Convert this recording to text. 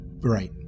Right